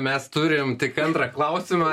mes turime tik antrą klausimą